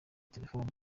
telefone